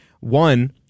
One